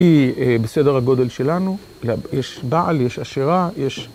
היא בסדר הגודל שלנו. יש בעל, יש אשרה, יש...